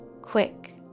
Quick